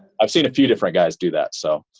i've seen a few different guys do that. so